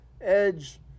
Edge